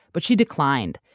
but she declined.